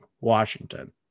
Washington